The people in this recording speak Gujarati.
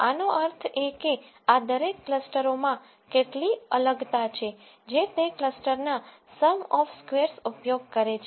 આનો અર્થ એ કે આ દરેક ક્લસ્ટરોમાં કેટલી અલગતા છે જે તે ક્લસ્ટરના સમ ઓફ સ્કેવરસ ઉપયોગ કરે છે